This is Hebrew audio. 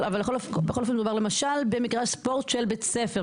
אבל למשל במגרש ספורט של בית ספר,